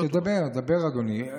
תדבר, אדוני.